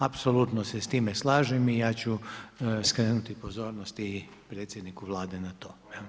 Apsolutno se s time slažem i ja ću skrenuti pozornost i predsjedniku Vlade na to.